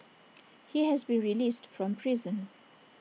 he has been released from prison